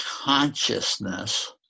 consciousness